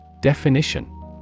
Definition